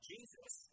Jesus